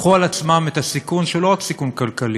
ייקחו על עצמן את הסיכון, שהוא לא רק סיכון כלכלי,